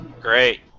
Great